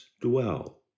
dwell